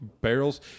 barrels